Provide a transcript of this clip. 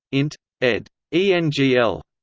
int. ed. engl.